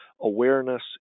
awareness